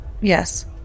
Yes